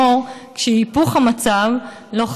כדי לשמור שהיפוך המצב לא יפגע,